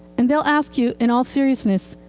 and they'll ask you, in all seriousness,